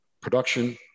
production